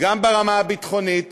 גם ברמה הביטחונית